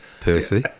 Percy